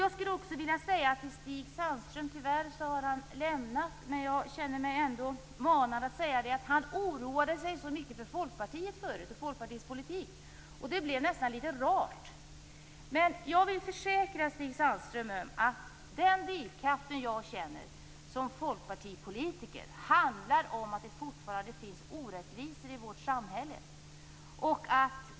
Jag skulle vilja säga något till Stig Sandström - tyvärr har han lämnat kammaren. Stig Sandström oroade sig mycket för Folkpartiet och Folkpartiets politik, och det blev nästan litet rart. Men jag vill försäkra Stig Sandström att den drivkraft jag känner som folkpartipolitiker handlar om att det fortfarande finns orättvisor i vårt samhälle.